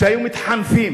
כשהיו מתחנפים